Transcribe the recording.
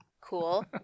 Cool